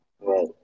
Right